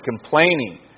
complaining